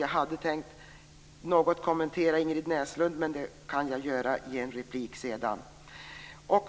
Jag hade tänkt att något kommentera det Ingrid Näslund sade, men det kan jag göra i en replik senare.